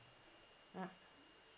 mm